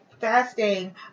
fasting